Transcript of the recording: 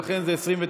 ולכן זה 29,